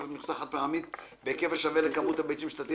תוספת מכסה חד-פעמית בהיקף השווה לכמות הביצים שתטיל